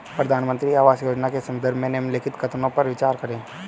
प्रधानमंत्री आवास योजना के संदर्भ में निम्नलिखित कथनों पर विचार करें?